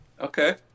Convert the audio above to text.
Okay